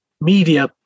media